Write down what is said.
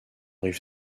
rive